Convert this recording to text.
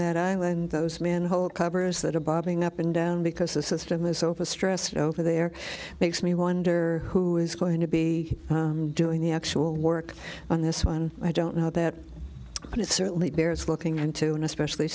that island those manhole covers that are bobbing up and down because the system is overstressed over there makes me wonder who is going to be doing the actual work on this one i don't know that but it certainly bears looking into and especially